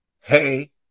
Hey